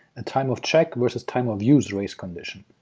a time-of-check versus time-of-use race condition.